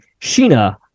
sheena